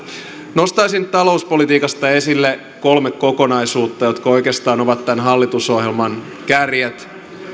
nostaisin talouspolitiikasta esille kolme kokonaisuutta jotka oikeastaan ovat tämän hallitusohjelman kärjet